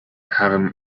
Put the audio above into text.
herrn